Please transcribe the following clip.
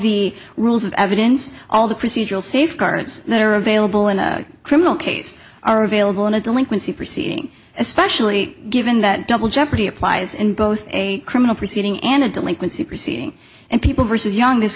the rules of evidence all the procedural safeguards that are available in a criminal case are available in a delinquency proceeding especially given that double jeopardy applies in both a criminal proceeding and a delinquency proceeding and people versus young this